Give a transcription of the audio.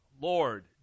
Lord